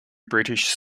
british